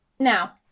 Now